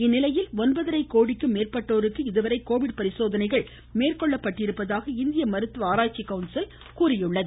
இந்நிலையில் ஒன்பதரை கோடிக்கும் மேற்பட்டோருக்கு இதுவரை கோவிட் பரிசோதனைகள் மேற்கொள்ளப் பட்டுள்ளதாக இந்திய மருத்துவ ஆராய்ச்சி கவுன்சில் தெரிவித்துள்ளது